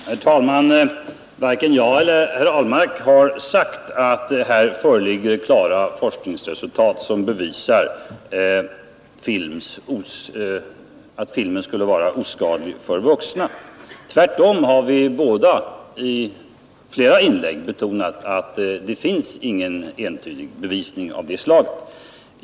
Herr talman! Varken herr Ahlmark eller jag har sagt att det finns några klara forskningsresultat om filmers oskadlighet för vuxna. Tvärtom har vi båda i flera inlägg betonat att det inte finns någon entydig bevisning av det slaget.